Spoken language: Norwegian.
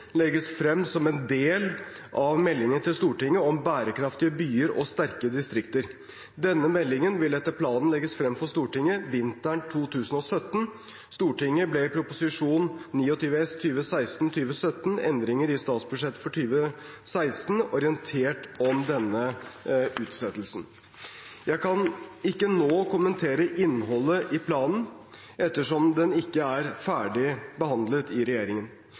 legges frem som en del av meldingen til Stortinget om bærekraftige byer og sterke distrikter. Denne meldingen vil etter planen legges frem for Stortinget vinteren 2017. Stortinget ble i Prop. 29 S for 2016–2017, Endringer i statsbudsjettet 2016, orientert om denne utsettelsen. Jeg kan ikke nå kommentere innholdet i planen, ettersom den ikke er ferdig behandlet i regjeringen.